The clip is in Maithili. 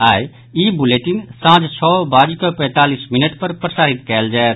आई ई बुलेटिन सांझ छओ बाजिकऽ पैंतालीस मिनट पर प्रसारित कयल जायत